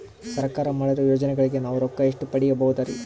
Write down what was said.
ಸರ್ಕಾರ ಮಾಡಿರೋ ಯೋಜನೆಗಳಿಗೆ ನಾವು ರೊಕ್ಕ ಎಷ್ಟು ಪಡೀಬಹುದುರಿ?